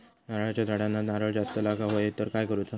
नारळाच्या झाडांना नारळ जास्त लागा व्हाये तर काय करूचा?